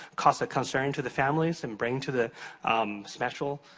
cause of concern to the families and bring to the special